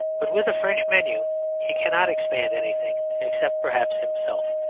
but with a french menu he cannot expand anything except perhaps himself.